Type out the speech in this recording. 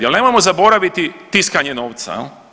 Jer nemojmo zaboraviti tiskanje novca.